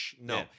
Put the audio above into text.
no